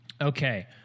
okay